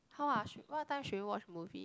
how ah sho~ what time should we watch movie